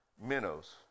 minnows